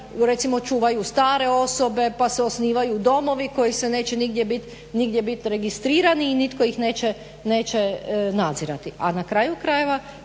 recimo čuvaju stare osobe, pa se osnivaju domovi koji se neće nigdje bit, nigdje bit registrirani i nitko ih neće nadzirati. A na kraju krajeva